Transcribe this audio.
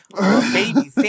baby